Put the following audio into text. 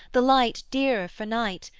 the light dearer for night,